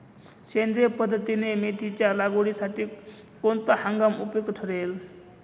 सेंद्रिय पद्धतीने मेथीच्या लागवडीसाठी कोणता हंगाम उपयुक्त ठरेल?